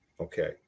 okay